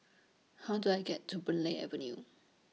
How Do I get to Boon Lay Avenue